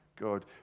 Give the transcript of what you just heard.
God